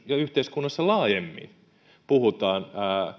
ja yhteiskunnassa laajemmin puhutaan